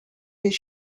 his